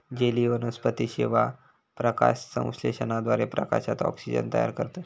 जलीय वनस्पती शेवाळ, प्रकाशसंश्लेषणाद्वारे प्रकाशात ऑक्सिजन तयार करतत